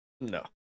No